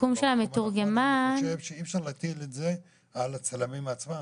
אני חושב שאי אפשר להטיל את זה על הצלמים עצמם,